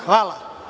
Hvala.